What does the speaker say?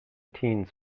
teens